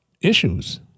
issues